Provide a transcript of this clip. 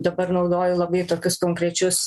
dabar naudoju labai tokius konkrečius